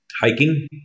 Hiking